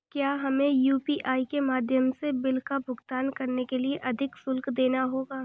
क्या हमें यू.पी.आई के माध्यम से बिल का भुगतान करने के लिए अधिक शुल्क देना होगा?